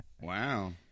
Wow